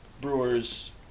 Brewers